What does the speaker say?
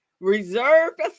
reserved